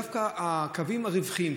דווקא הקווים הרווחיים,